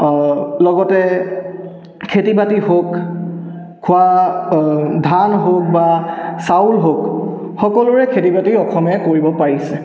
লগতে খেতি বাতি হওক খোৱা ধান হওক বা চাউল হওক সকলোৰে খেতি বাতি অসমে কৰিব পাৰিছে